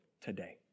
today